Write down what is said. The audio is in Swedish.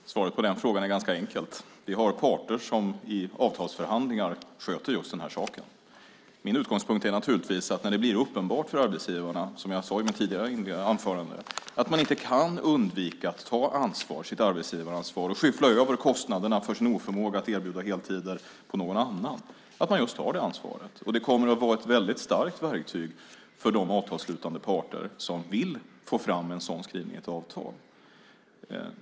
Fru talman! Svaret på den frågan är ganska enkelt. Vi har parter som i avtalsförhandlingar sköter just den här saken. Min utgångspunkt är naturligtvis att när det blir uppenbart för arbetsgivarna, som jag sade i mitt tidigare anförande, att man inte kan undvika att ta sitt arbetsgivaransvar, att man inte kan skyffla över kostnaderna för sin oförmåga att erbjuda heltider på någon annan, kommer man att ta just det ansvaret. Det kommer att vara ett väldigt starkt verktyg för de avtalsslutande parter som vill få fram en sådan skrivning i ett avtal.